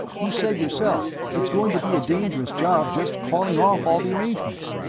you said yourself, it's going to be a dangerous job just calling off all the arrangements.